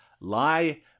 Lie